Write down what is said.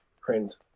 print